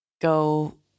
go